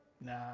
Nah